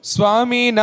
Swami